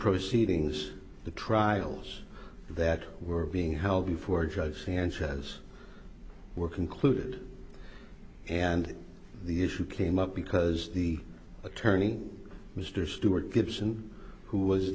proceedings the trials that were being held before dr sanchez were concluded and the issue came up because the attorney mr stewart gibson who was